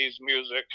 music